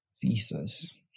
thesis